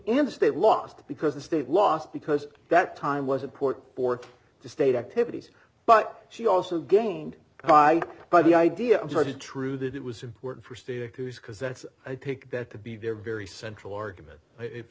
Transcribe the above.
in the state lost because the state lost because that time was important for the state activities but she also gained by by the idea of georgia true that it was important for state actors because that's i think that could be their very central argument if